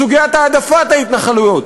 סוגיית העדפת ההתנחלויות,